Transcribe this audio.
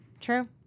True